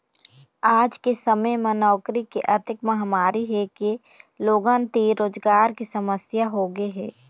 आज के समे म नउकरी के अतेक मारामारी हे के लोगन तीर रोजगार के समस्या होगे हे